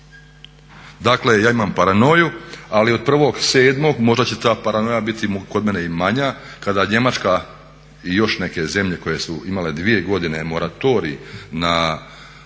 Dakle ja imam paranoju ali do 1.7. možda će ta paranoja biti kod mene i manja kada Njemačka i još neke zemlje koje su imale 2 godine moratorij na